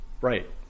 Right